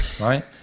right